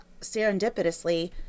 serendipitously